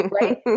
right